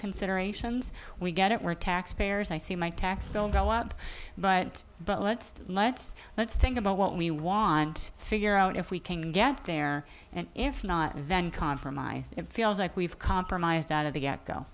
considerations we get it we're taxpayers i see my tax bill go up but but let's let's let's think about what we want figure out if we can get there and if not and then compromise in feels like we've compromised out of the ge